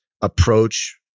approach